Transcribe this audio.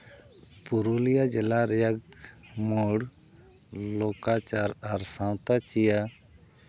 ᱯᱩᱨᱩᱞᱤᱭᱟᱹ ᱡᱮᱞᱟ ᱨᱮᱭᱟᱜ ᱢᱩᱲ ᱞᱳᱠᱟᱪᱟᱨ ᱟᱨ ᱥᱟᱶᱛᱟ ᱪᱤᱭᱟᱹ